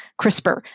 CRISPR